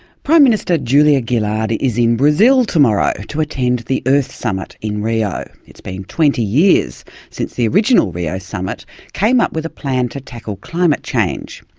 prime minister julia gillard is in brazil tomorrow to attend the earth summit in rio. it's been twenty years since the original rio summit came up with a plan to tackle climate change.